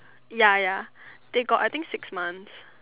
ya ya they got I think six months